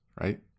right